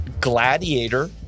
gladiator